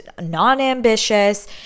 non-ambitious